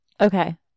Okay